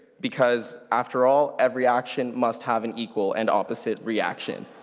because after all, every action must have an equal and opposite reaction.